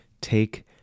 Take